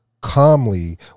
calmly